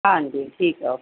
ਹਾਂਜੀ ਠੀਕ ਆ ਓਕੇ